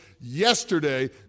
yesterday